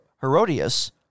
Herodias